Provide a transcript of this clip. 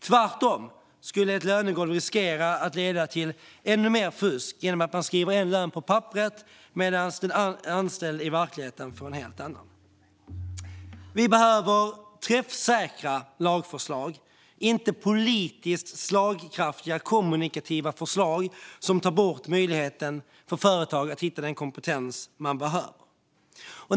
Tvärtom skulle ett lönegolv riskera att leda till ännu mer fusk genom att man skriver en lön på papperet medan den anställde i verkligheten får en helt annan lön. Vi behöver träffsäkra lagförslag, inte politiskt slagkraftiga kommunikativa förslag som tar bort möjligheten för företag att hitta den kompetens man behöver.